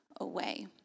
away